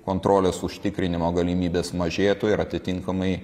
kontrolės užtikrinimo galimybės mažėtų ir atitinkamai